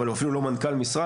אבל הוא אפילו לא מנכ"ל משרד,